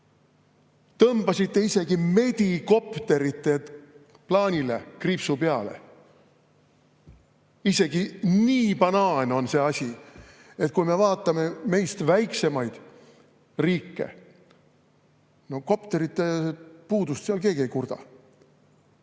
Tõmbasite isegi medikopterite plaanile kriipsu peale. Isegi nii banaan on see asi, et kui vaatame meist väiksemaid riike, kopterite puudust seal keegi ei kurda.